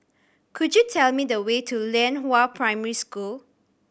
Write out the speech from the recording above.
could you tell me the way to Lianhua Primary School